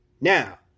Now